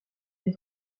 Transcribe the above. des